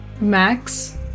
Max